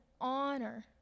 honor